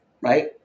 Right